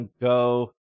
Go